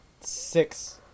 six